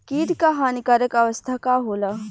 कीट क हानिकारक अवस्था का होला?